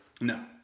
No